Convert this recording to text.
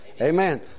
Amen